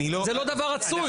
זה לא דבר רצוי.